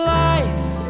life